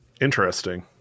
Interesting